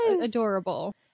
adorable